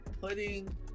putting